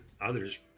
others